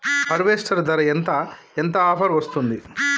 Harvester ధర ఎంత ఎంత ఆఫర్ వస్తుంది?